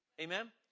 amen